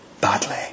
badly